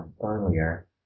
earlier